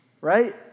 Right